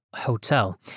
Hotel